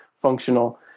functional